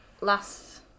last